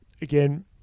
Again